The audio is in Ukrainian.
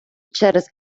через